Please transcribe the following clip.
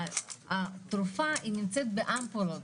התרופה נמצאת באמפולות.